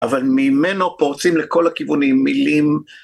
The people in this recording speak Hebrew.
אבל ממנו פורצים לכל הכיוונים מילים.